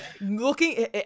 looking